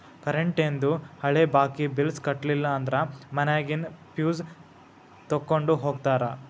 ಕರೆಂಟೇಂದು ಹಳೆ ಬಾಕಿ ಬಿಲ್ಸ್ ಕಟ್ಟಲಿಲ್ಲ ಅಂದ್ರ ಮನ್ಯಾಗಿನ್ ಫ್ಯೂಸ್ ತೊಕ್ಕೊಂಡ್ ಹೋಗ್ತಾರಾ